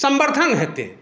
सम्वर्द्धन हेतै